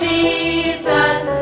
Jesus